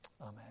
amen